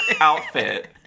outfit